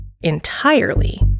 entirely